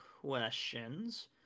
questions